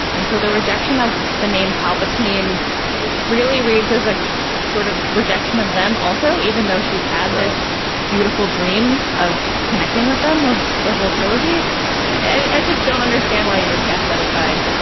and so the rejection of the name palpatine really reads as a sort of rejection of them also, even though she's had this beautiful dream of connecting with them. the the whole trilogy and just don't understand why you would cast that aside.